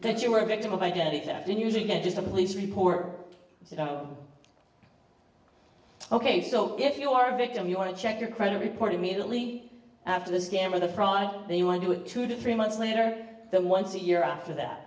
that you were a victim of identity theft and using it just a police report ok so if you are a victim you want to check your credit report immediately after the scam or the fraud they want to do it two to three months later then once a year after that